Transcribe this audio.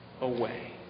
away